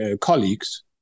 colleagues